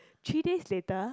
three days later